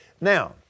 Now